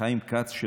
חיים כץ,